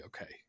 okay